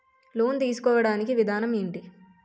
Loan తీసుకోడానికి విధానం ఏంటి?